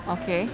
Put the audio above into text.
okay